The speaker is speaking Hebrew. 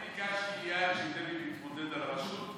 אני ביקשתי מיאיר שייתן לי להתמודד על הראשות,